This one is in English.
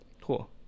Cool